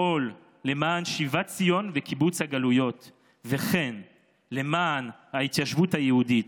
לפעול למען שיבת ציון וקיבוץ הגלויות ולמען ההתיישבות היהודית,